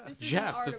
Jeff